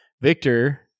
Victor